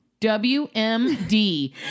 WMD